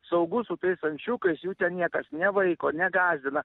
saugu su tais ančiukas jų ten niekas nevaiko negąsdina